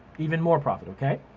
even more profit, okay.